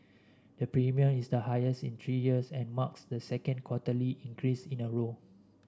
the premium is the highest in three years and marks the second quarterly increase in a row